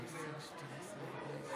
אין נמנעים.